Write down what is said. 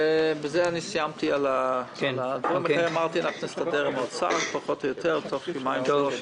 נסתדר עם האוצר, פחות או יותר תוך יומיים-שלושה.